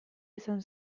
izan